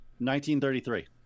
1933